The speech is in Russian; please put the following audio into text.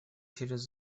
через